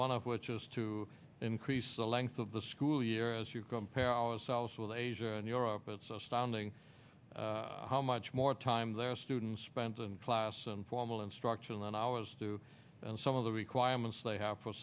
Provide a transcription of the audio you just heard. one of which is to increase the length of the school year as you compare ourselves with asia and europe it's astounding how much more time their student spends in class and formal instruction than ours do and some of the requirements they have for